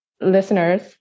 listeners